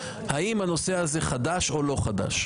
האם הנושא הזה חדש או לא חדש.